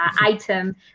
item